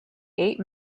eight